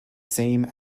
same